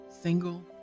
single